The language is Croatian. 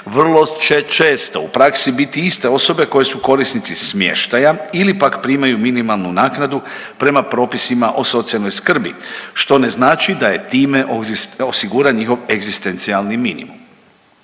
vrlo će često u praksi biti iste osobe koje su korisnici smještaja ili pak primaju minimalnu naknadu prema propisima o socijalnoj skrbi, što ne znači da je time osiguran njihov egzistencijalni minimum.